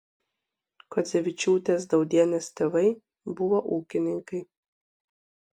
kuodzevičiūtės daudienės tėvai buvo ūkininkai